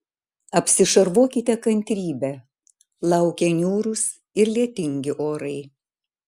apsišarvuokite kantrybe laukia niūrūs ir lietingi orai